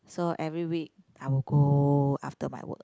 so every week I will go after my work